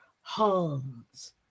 homes